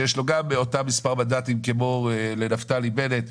שיש לו גם אותם מספר מנדטים כמו לנפתלי בנט,